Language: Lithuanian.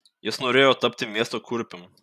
jis norėjo tapti miesto kurpium